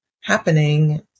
happening